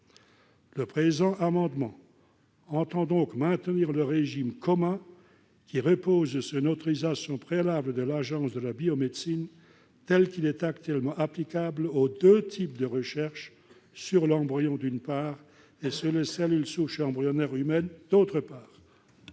Le présent amendement tend donc à maintenir le régime commun, qui repose sur une autorisation préalable de l'Agence de la biomédecine, tel qu'il est actuellement applicable aux deux types de recherche, sur l'embryon, d'une part, et sur les cellules souches embryonnaires humaines, d'autre part.